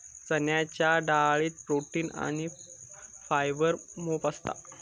चण्याच्या डाळीत प्रोटीन आणी फायबर मोप असता